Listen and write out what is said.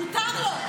מותר לו.